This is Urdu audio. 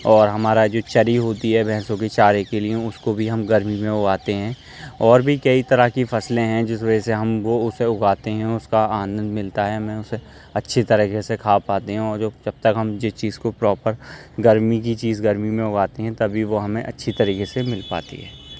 اور ہمارا جو چری ہوتی ہے بھینسوں کے چارے کے لیے اس کو بھی ہم گرمی میں اگاتے ہیں اور بھی کئی طرح کی فصلیں ہیں جس وجہ سے ہم وہ اسے اگاتے ہیں اس کا آنند ملتا ہے ہمیں اسے اچھی طریقے سے کھا پاتے ہیں اور جو جب تک ہم جس چیز کو پراپر گرمی کی چیز گرمی میں اگاتے ہیں تبھی وہ ہمیں اچھی طریقے سے مل پاتی ہے